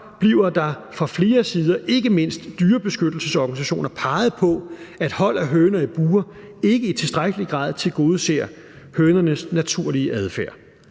bliver der fra flere sider, ikke mindst fra dyrebeskyttelsesorganisationer, peget på, at hold af høner i bure ikke i tilstrækkelig grad tilgodeser hønernes naturlige adfærd.